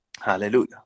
Hallelujah